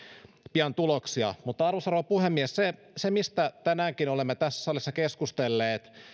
pian tuloksia mutta arvoisa rouva puhemies se mistä tänäänkin olemme tässä salissa keskustelleet